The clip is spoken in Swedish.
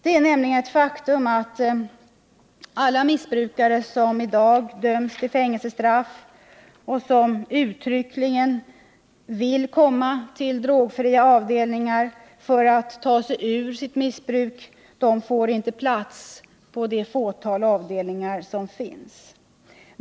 Det är nämligen ett faktum att alla missbrukare som i dag dömts till fängelsestraff och som uttryckligen vill komma till drogfria avdelningar för att ta sig ur sitt missbruk inte kan få plats på det fåtal avdelningar som finns.